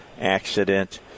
accident